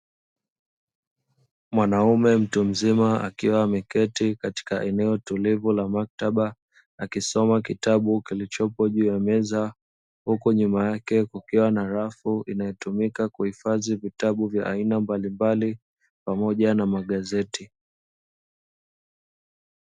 Mwanaume mtu mzima akiwa ameketi katika eneo tulivu la maktaba, akisoma kitabu kilichopo juu ya meza huku nyuma yake kukiwa na rafu inayotumika kuifadhi vitabu vya aina mbalimbali pamoja na magazeti.